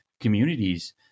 communities